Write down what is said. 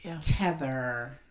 Tether